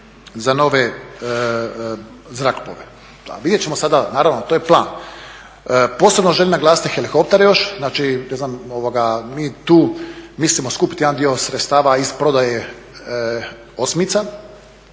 za nove zrakoplove. Vidjet ćemo sada, naravno, to je plan. Posebno želim naglasiti helikoptere još, znači, ne znam, mi tu mislimo skupiti jedan dio sredstava iz prodaje osmica,